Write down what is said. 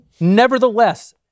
Nevertheless